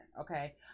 okay